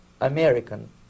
American